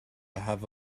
have